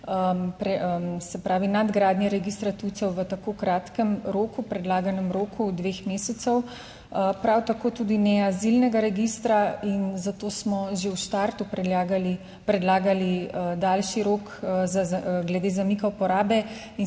izvesti nadgradnje registra tujcev v tako kratkem roku, predlaganem roku dveh mesecev, prav tako tudi ne azilnega registra in zato smo že v štartu predlagali, predlagali daljši rok glede zamika uporabe in